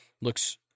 Looks